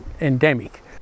endemic